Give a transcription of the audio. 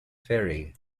ferry